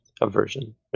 aversion